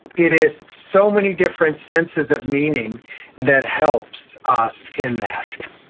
it is so many different senses of meaning that helps us in that.